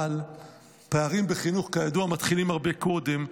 אבל פערים בחינוך, כידוע, מתחילים הרבה קודם.